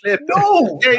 no